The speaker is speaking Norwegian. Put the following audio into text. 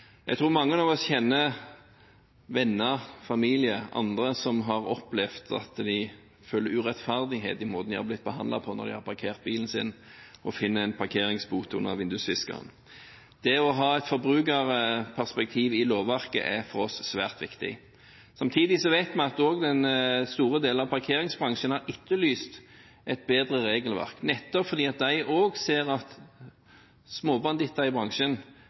Jeg tror mange av oss kjenner venner, familier og andre som har opplevd at de føler urettferdighet i måten de har blitt behandlet på når de har parkert bilen sin og finner en parkeringsbot under vindusviskeren. Det å ha et forbrukerperspektiv i lovverket er for oss svært viktig. Samtidig vet vi at også store deler av parkeringsbransjen har etterlyst et bedre regelverk, nettopp fordi de også ser at småbanditter i bransjen